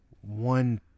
one